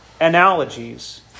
analogies